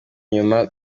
inyuma